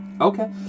Okay